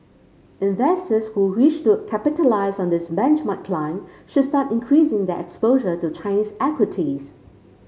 investors who wish to capitalise on this benchmark climb should start increasing their exposure to Chinese equities